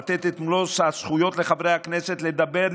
לתת את מלוא הזכויות לחברי הכנסת לדבר,